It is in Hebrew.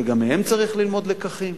וגם מהם צריך ללמוד לקחים.